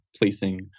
placing